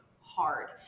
hard